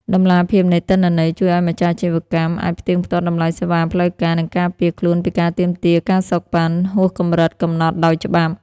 តម្លាភាពនៃទិន្នន័យ ជួយឱ្យម្ចាស់អាជីវកម្មអាចផ្ទៀងផ្ទាត់តម្លៃសេវាផ្លូវការ និងការពារខ្លួនពីការទាមទារ ការសូកប៉ាន់ ហួសកម្រិតកំណត់ដោយច្បាប់។